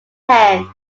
hand